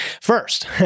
First